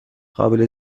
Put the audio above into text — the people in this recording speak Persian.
قابل